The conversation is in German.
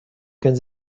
können